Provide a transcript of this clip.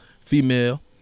Female